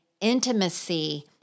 intimacy